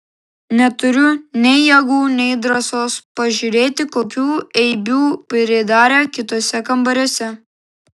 neturiu nei jėgų nei drąsos pažiūrėti kokių eibių pridarė kituose kambariuose